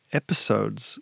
episodes